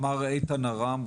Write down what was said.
מר איתן ארם,